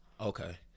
Okay